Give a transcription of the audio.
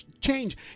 change